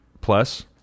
plus